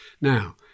Now